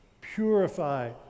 purify